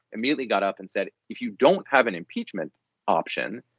immediately got up and said, if you don't have an impeachment option,